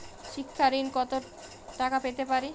শিক্ষা ঋণ কত টাকা পেতে পারি?